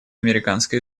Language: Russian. американской